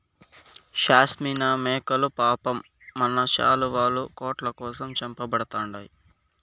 షాస్మినా మేకలు పాపం మన శాలువాలు, కోట్ల కోసం చంపబడతండాయి